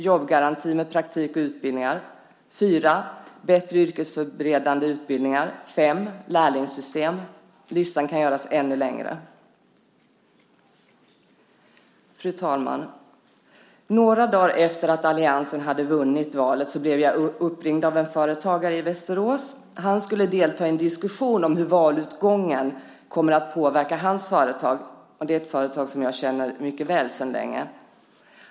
Jobbgaranti med praktik och utbildningar. 4. Bättre yrkesförberedande utbildningar. 5. Lärlingssystem. Listan kan göras ännu längre. Fru talman! Några dagar efter att alliansen hade vunnit valet blev jag uppringd av en företagare i Västerås. Han skulle delta i en diskussion om hur valutgången kommer att påverka hans företag. Det är ett företag som jag känner mycket väl sedan länge.